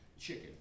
chicken